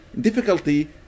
difficulty